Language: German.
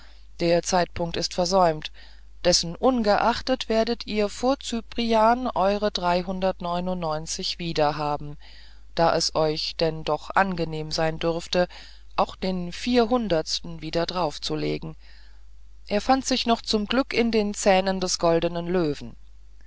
der zeitpunkt ist versäumt dessenungeachtet werdet ihr vor cyprian eure wiederhaben da es euch denn doch angenehm sein dürfte auch den vierhundertsten gleich draufzulegen er fand sich noch zum glück in den zähnen des goldenen löwen